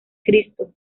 cristo